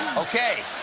okay.